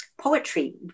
poetry